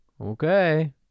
Okay